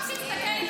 רק תסתכל, אם אפשר.